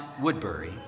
Woodbury